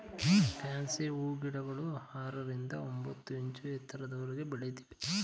fancy ಹೂಗಿಡಗಳು ಆರರಿಂದ ಒಂಬತ್ತು ಇಂಚು ಎತ್ತರದವರೆಗೆ ಬೆಳಿತವೆ